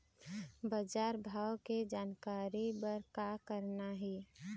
बजार भाव के जानकारी बर का करना हे?